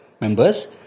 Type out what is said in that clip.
members